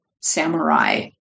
samurai